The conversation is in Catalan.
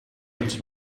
ets